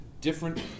different